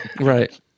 Right